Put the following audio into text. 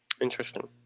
Interesting